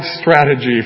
strategy